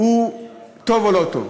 הוא טוב או לא טוב,